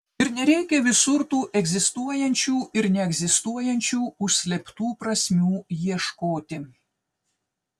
ir nereikia visur tų egzistuojančių ir neegzistuojančių užslėptų prasmių ieškoti